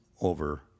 over